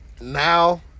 now